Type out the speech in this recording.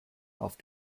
auf